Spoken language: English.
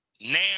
now